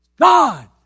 God